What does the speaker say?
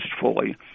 fully